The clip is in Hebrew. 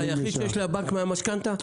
זה הרווח היחיד שיש לבנק מהמשכנתא?